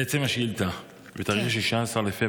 לעצם השאילתה, בתאריך 16 בפברואר